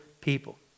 people